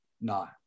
No